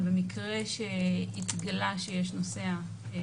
אבל במקרה שהתגלה שיש נוסע עם